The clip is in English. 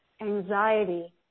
anxiety